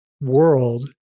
world